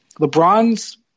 lebron's